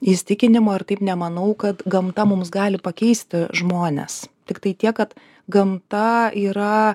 įsitikinimo ir taip nemanau kad gamta mums gali pakeisti žmones tiktai tiek kad gamta yra